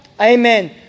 Amen